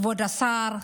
כבוד השר,